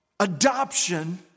adoption